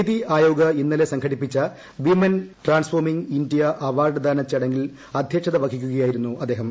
നിതി ആയോഗ് ഇന്നലെ സംഘടിപ്പിച്ച women transforming India award ദാന ചടങ്ങിൽ അദ്ധ്യക്ഷത വഹിക്കുകയായിരുന്നു അദ്ദേഹം